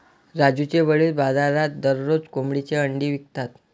राजूचे वडील बाजारात दररोज कोंबडीची अंडी विकतात